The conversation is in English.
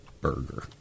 burger